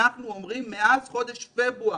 אנחנו אומרים מאז חודש פברואר.